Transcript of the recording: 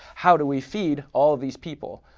how do we feed all these people?